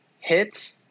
hits